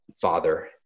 father